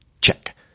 Check